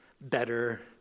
better